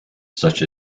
such